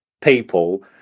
people